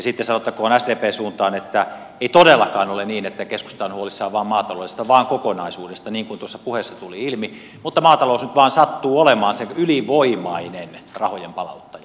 sitten sanottakoon sdpn suuntaan että ei todellakaan ole niin että keskusta on huolissaan vain maataloudesta vaan kokonaisuudesta niin kuin tuossa puheessa tuli ilmi mutta maatalous nyt vain sattuu olemaan se ylivoimainen rahojen palauttaja